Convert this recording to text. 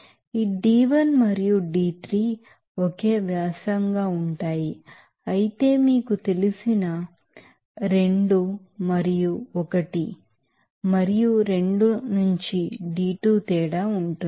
ఈ d1 మరియు d3 ఒకే వ్యాసంగా ఉంటాయి అయితే మీకుతెలిసిన 2 మరియు 1 మరియు 2 ల నుంచి d2 తేడా ఉంటుంది